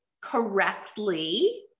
correctly